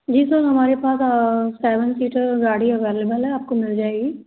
जी sir हमारे पास seven seater गाड़ी अवेलेबल है आपको मिल जाएगी